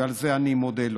ועל זה אני מודה לו.